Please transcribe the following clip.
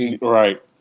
right